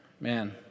Man